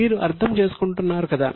మీరు అర్థం చేసుకుంటున్నారు కదా